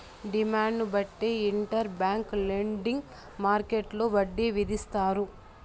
డిమాండ్ను బట్టి interbank lending మార్కెట్టులో వడ్డీ విధిస్తారు